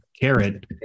carrot